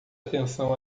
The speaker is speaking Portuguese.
atenção